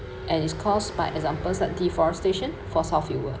and it's caused by examples like deforestation for